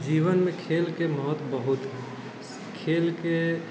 जीवनमे खेलके महत्व बहुत खेलके